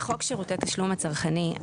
חוק שירותי תשלום הצרכני,